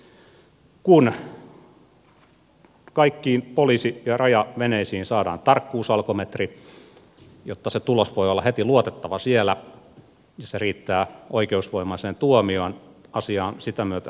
kun kaikkiin poliisi ja rajan veneisiin saadaan tarkkuusalkometri jotta se tulos voi olla heti luotettava siellä ja se riittää oikeusvoimaiseen tuomioon asia on sitä myötä selvä